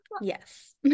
Yes